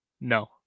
No